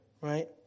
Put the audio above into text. right